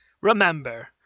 Remember